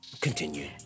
continue